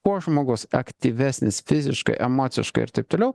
kuo žmogus aktyvesnis fiziškai emociškai ir taip toliau